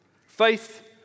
faith